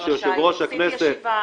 שיושב-ראש הכנסת רשאי להפסיק ישיבה,